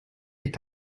est